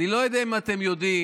אני לא יודע אם אתם יודעים,